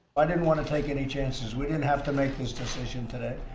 i didn't want to take any chances. we didn't have to make this decision today.